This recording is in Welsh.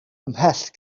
ymhell